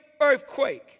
earthquake